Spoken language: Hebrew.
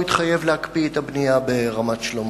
התחייב להקפיא את הבנייה ברמת-שלמה.